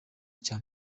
cya